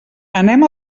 anem